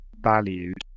valued